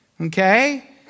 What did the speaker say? Okay